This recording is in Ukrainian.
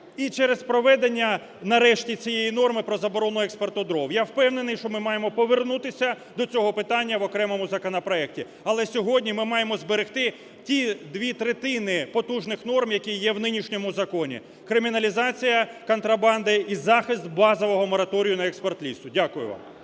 і через проведення нарешті цієї норми про заборону експорту дров. Я впевнений, що ми маємо повернутися до цього питання в окремому законопроекті. Але сьогодні ми маємо зберегти ті дві третини потужних норм, які є в нинішньому законі – криміналізація контрабанди і захист базового мораторію на експорт лісу. Дякую вам.